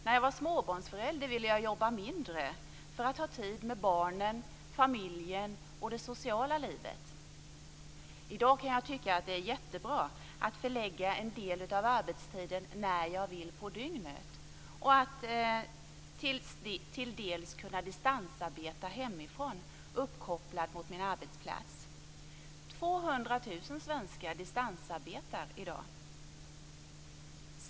När jag var småbarnsförälder ville jag jobba mindre för att ha tid med barnen, familjen och det sociala livet. I dag kan jag tycka att det är jättebra att förlägga en del av arbetstiden när jag vill på dygnet och att till dels kunna distansarbeta hemifrån, uppkopplad mot min arbetsplats. 200 000 svenskar distansarbetar i dag.